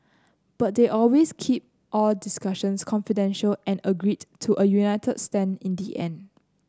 but they always keep all discussions confidential and agreed to a united stand in the end